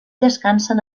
descansen